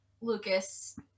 Lucas